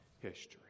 history